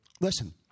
Listen